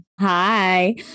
Hi